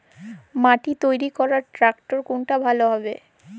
মাটি তৈরি করার ট্রাক্টর কোনটা ভালো হবে?